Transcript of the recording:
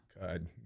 God